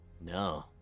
no